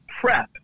prep